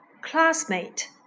classmate